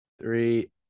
Three